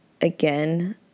again